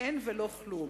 אין ולא כלום.